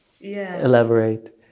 elaborate